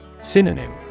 Synonym